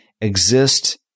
exist